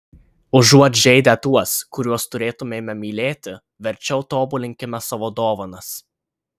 užuot žeidę tuos kuriuos turėtumėme mylėti verčiau tobulinkime savo dovanas